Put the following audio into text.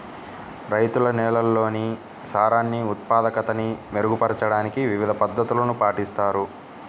రైతులు నేలల్లోని సారాన్ని ఉత్పాదకతని మెరుగుపరచడానికి వివిధ పద్ధతులను పాటిస్తారు